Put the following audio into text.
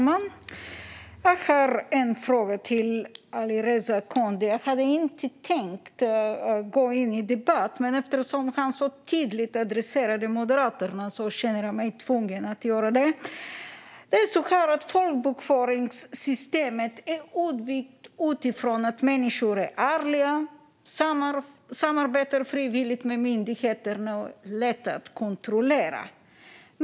Fru talman! Jag har en fråga till Alireza Akhondi. Jag hade inte tänkt gå in i debatt, men eftersom han så tydligt adresserade Moderaterna kände jag mig tvungen att göra det. Folkbokföringssystemet bygger på att människor är ärliga, samarbetar frivilligt med myndigheterna och är lätta att kontrollera.